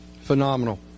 phenomenal